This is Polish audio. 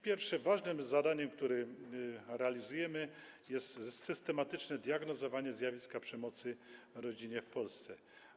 Pierwszym ważnym zadaniem, które realizujemy, jest systematyczne diagnozowanie zjawiska przemocy w rodzinie w Polsce.